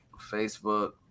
Facebook